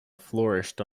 flourished